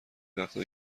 وقتام